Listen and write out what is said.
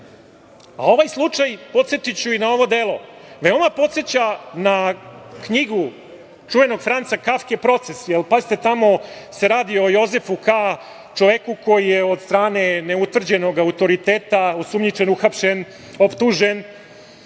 slučaj, podsetiću i na ovo delo, veoma podseća na knjigu čuvenog Franca Kafke „Proces“. Pazite, tamo se radi o Jozefu Ka, čoveku koji je od strane neutvrđenog autoriteta osumnjičen, uhapšen, optužen